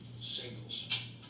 Singles